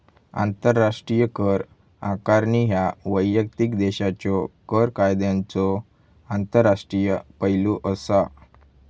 आंतरराष्ट्रीय कर आकारणी ह्या वैयक्तिक देशाच्यो कर कायद्यांचो आंतरराष्ट्रीय पैलू असा